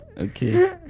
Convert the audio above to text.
okay